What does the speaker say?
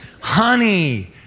honey